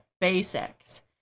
basics